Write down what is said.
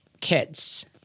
kids